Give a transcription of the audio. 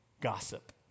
gossip